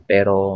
Pero